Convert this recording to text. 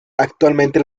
actualmente